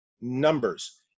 numbers